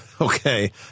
Okay